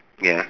ya